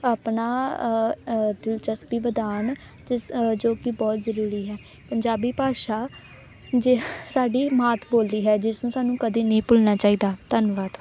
ਆਪਣਾ ਦਿਲਚਸਪੀ ਵਧਾਉਣ ਜੋ ਕਿ ਬਹੁਤ ਜ਼ਰੂਰੀ ਹੈ ਪੰਜਾਬੀ ਭਾਸ਼ਾ ਜੇ ਸਾਡੀ ਮਾਤ ਬੋਲੀ ਹੈ ਜਿਸਨੂੰ ਸਾਨੂੰ ਕਦੇ ਨਹੀਂ ਭੁੱਲਣਾ ਚਾਹੀਦਾ ਧੰਨਵਾਦ